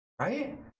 right